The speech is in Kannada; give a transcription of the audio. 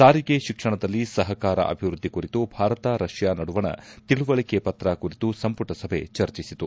ಸಾರಿಗೆ ಶಿಕ್ಷಣದಲ್ಲಿ ಸಹಕಾರ ಅಭಿವೃದ್ದಿ ಕುರಿತು ಭಾರತ ರಷ್ಣಾ ನಡುವಣ ತಿಳುವಳಿಕೆ ಪತ್ರ ಕುರಿತು ಸಂಪುಟ ಸಭೆ ಚರ್ಚಿಸಿತು